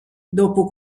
dopo